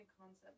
concept